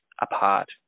apart